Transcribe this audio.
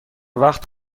وقت